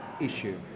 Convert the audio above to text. issue